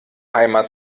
heimat